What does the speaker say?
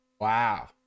Wow